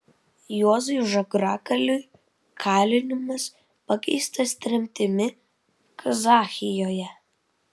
juozui žagrakaliui kalinimas pakeistas tremtimi kazachijoje